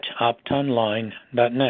optonline.net